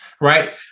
Right